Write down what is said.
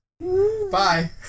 Bye